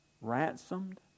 ransomed